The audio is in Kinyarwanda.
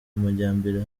amajyambere